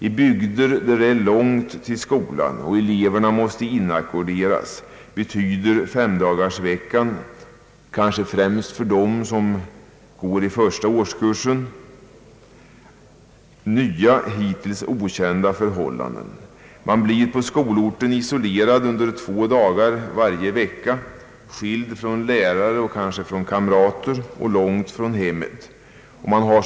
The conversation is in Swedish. I bygder på långt avstånd från skolan och där eleverna måste inackorderas betyder femdagarsveckan — främst kanske för elever i första årskursen — nya, hittills okända förhållanden. På skolorten blir man isoterad två dagar varje vecka, skild från lärare och kanske från kamrater, och man är långt borta från hemmet.